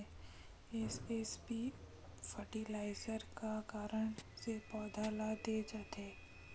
SSP fertiliser का कारण से पौधा ल दे जाथे?